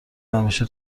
همیشه